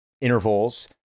intervals